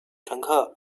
乘客